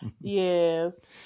Yes